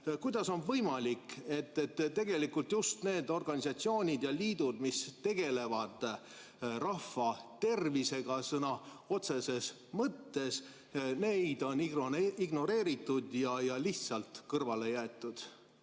Kuidas on võimalik, et just neid organisatsioone ja liite, mis tegelevad rahva tervisega sõna otseses mõttes, on ignoreeritud ja nad on lihtsalt kõrvale jäetud?